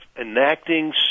enacting